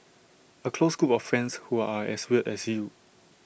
A close group of friends who are as weird as you